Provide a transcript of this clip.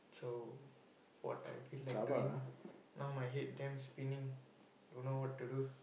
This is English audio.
so what I feel like doing now my head damn spinning don't know what to do